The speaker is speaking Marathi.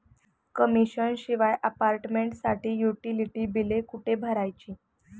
कमिशन शिवाय अपार्टमेंटसाठी युटिलिटी बिले कुठे भरायची?